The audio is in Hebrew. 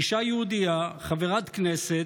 אישה יהודייה, חברת כנסת,